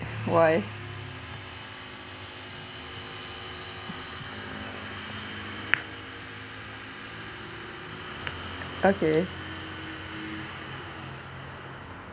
why okay